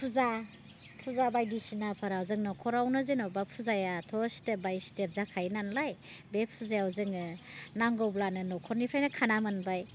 फुजा फुजा बायदिसिनाफोराव जों न'खरावनो जेनेबा फुजायाथ' स्टेप बाइ स्टेप जाखायो नालाय बे फुजायाव जोङो नांगौब्लानो न'खरनिफ्रायनो खाना मोनबाय